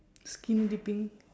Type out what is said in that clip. skinny dipping